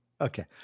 Okay